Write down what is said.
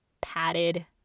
padded